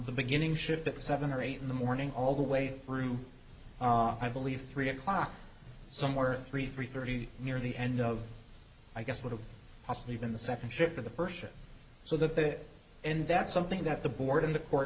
the beginning shift at seven or eight in the morning all the way through i believe three o'clock somewhere three thirty near the end of i guess would have possibly even the second shift of the first or so that and that's something that the board and the court